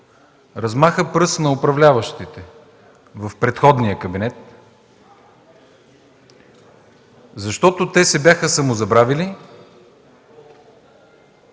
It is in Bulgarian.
размаха пръст на управляващите в предходния кабинет, защото те се бяха самозабравили